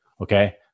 Okay